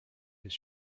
his